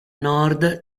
nord